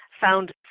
found